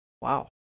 Wow